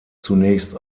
zunächst